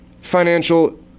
financial